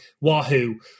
Wahoo